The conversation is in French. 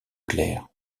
clair